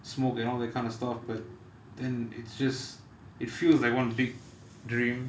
smoke and all that kind of stuff but then it's just it feels like one big dream